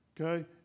Okay